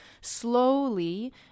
slowly